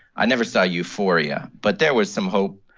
i never saw euphoria, but there was some hope